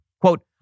Quote